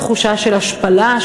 תחושה של השפלה,